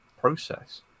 process